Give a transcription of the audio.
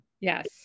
yes